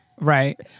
Right